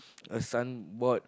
a signboard